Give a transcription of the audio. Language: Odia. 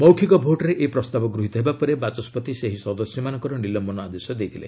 ମୌଖିକ ଭୋଟରେ ଏହି ପ୍ରସ୍ତାବ ଗୃହିତ ହେବା ପରେ ବାଚସ୍କତି ସେହି ସଦସ୍ୟମାନଙ୍କର ନିଲମ୍ଜନ ଆଦେଶ ଦେଇଥିଲେ